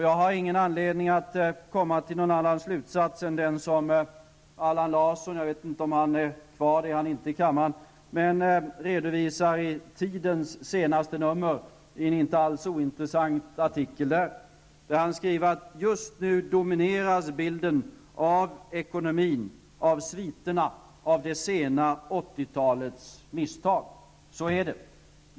Jag har ingen anledning att komma till någon annan slutsats än den som Allan Larsson redovisar i Tidens senaste nummer i en artikel som inte alls är ointressant. Där skriver han att bilden av ekonomin nu domineras av sviterna av det sena 80-talets misstag. Så är det.